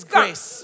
grace